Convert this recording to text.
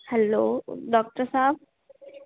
hello doctor Sahib